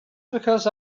because